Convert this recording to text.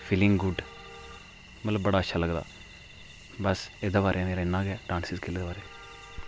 feeling good मतलब बड़ा अच्छा लगदा बस एह्दे बारे मेरा इन्ना गै डांस स्किल्ल बारै